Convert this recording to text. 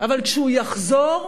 אבל כשהוא יחזור,